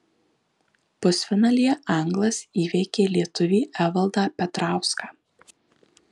pusfinalyje anglas įveikė lietuvį evaldą petrauską